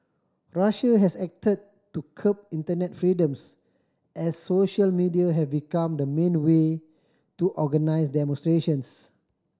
Russia has acted to curb internet freedoms as social media have become the main way to organise demonstrations